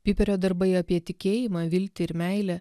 piperio darbai apie tikėjimą viltį ir meilę